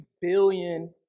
billion